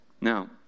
Now